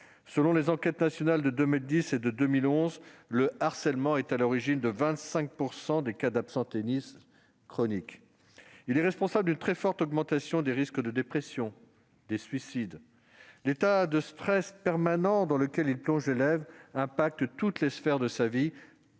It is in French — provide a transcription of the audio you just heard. selon les enquêtes nationales de 2010 et 2011, le harcèlement est à l'origine de 25 % des cas d'absentéisme chronique. Il est responsable d'une très forte augmentation des risques de dépression et de suicide. L'état de stress permanent dans lequel il plonge l'élève n'épargne aucune sphère de sa vie,